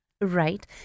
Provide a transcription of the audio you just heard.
Right